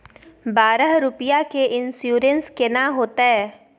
बारह रुपिया के इन्सुरेंस केना होतै?